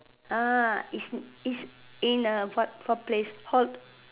it's it's in a what place